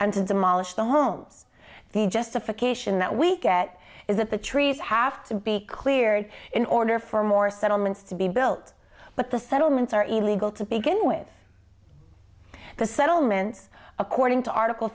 and to demolish the homes the justification that we get is that the trees have to be cleared in order for more settlements to be built but the settlements are illegal to begin with the settlements according to article